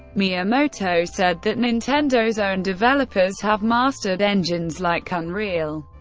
miyamoto said that nintendo's own developers have mastered engines like unreal,